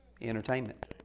Entertainment